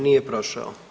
Nije prošao.